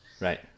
Right